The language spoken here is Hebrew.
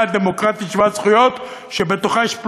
דמוקרטית שוות זכויות שבתוכה יש פלורליזם.